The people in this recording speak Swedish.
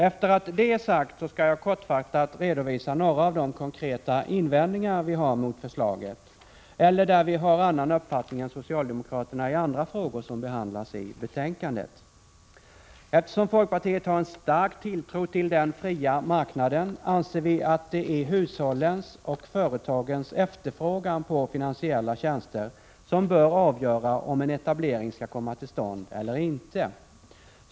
Efter det att detta är sagt skall jag kortfattat redovisa några av de konkreta invändningar som vi har mot förslaget och de frågor som behandlas i betänkandet, där vi har en annan uppfattning än socialdemokraterna. Eftersom folkpartiet har en stark tilltro till den fria marknaden anser vi att det är hushållen och företagens efterfrågan på finansiella tjänster som bör avgöra om en etablering skall komma till stånd eller inte.